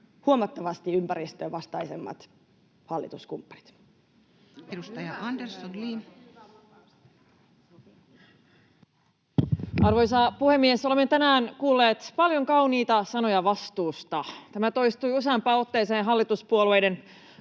Mutta mehän suojelemme metsiä!] Edustaja Andersson, Li. Arvoisa puhemies! Olemme tänään kuulleet paljon kauniita sanoja vastuusta. Tämä toistui useampaan otteeseen hallituspuolueiden